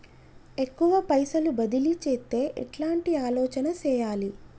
ఎక్కువ పైసలు బదిలీ చేత్తే ఎట్లాంటి ఆలోచన సేయాలి?